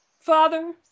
Father